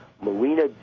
Marina